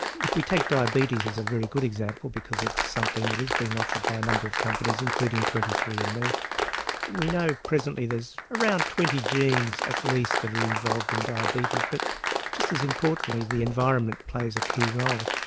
if we take diabetes as a very good example because it's something that is being offered by a number of companies including twenty three andme we know presently there's around twenty genes at least that are involved in diabetes but just as importantly the environment plays a key role.